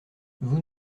vous